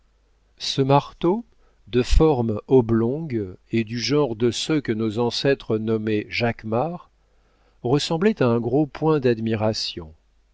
ce marteau de forme oblongue et du genre de ceux que nos ancêtres nommaient jaquemart ressemblait à un gros point d'admiration